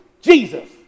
Jesus